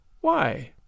Why